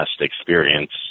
experience